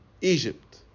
Egypt